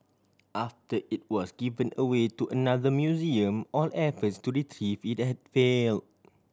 after it was given away to another museum all efforts to retrieve it had fail